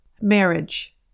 Marriage